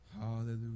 Hallelujah